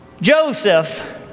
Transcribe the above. Joseph